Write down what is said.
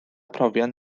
profion